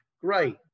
great